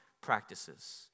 practices